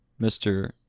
Mr